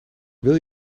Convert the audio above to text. wil